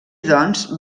doncs